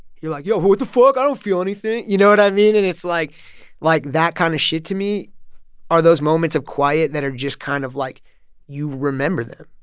you're like, yo, what the fuck? i don't feel anything. you know what i mean? and it's like like, that kind of shit to me are those moments of quiet that are just kind of like you remember them.